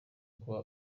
kuba